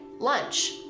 lunch